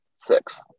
Six